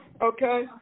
okay